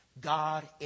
God